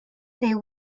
they